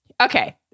Okay